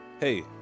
Hey